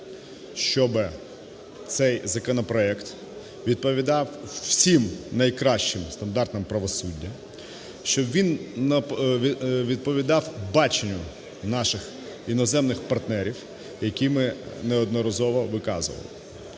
щоб цей законопроект відповідав всім найкращим стандартам правосуддя, щоб він відповідав баченню наших іноземних партнерів, які ми неодноразово виказували.